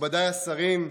מכובדיי השרים,